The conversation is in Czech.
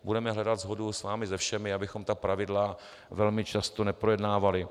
Budeme hledat shodu s vámi se všemi, abychom ta pravidla velmi často neprojednávali.